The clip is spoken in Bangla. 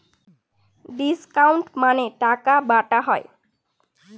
ডিসকাউন্ট মানে টাকা বাটা হয়